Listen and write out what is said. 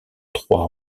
trois